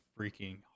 freaking